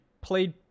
played